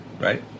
right